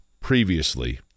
previously